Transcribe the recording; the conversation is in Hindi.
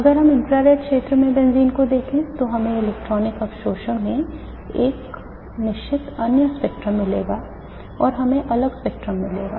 अगर हम इन्फ्रारेड क्षेत्र में बेंजीन को देखें तो हमें इलेक्ट्रॉनिक अवशोषण में एक निश्चित अन्य स्पेक्ट्रम मिलेगा और हमें अलग स्पेक्ट्रम मिलेगा